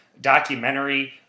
documentary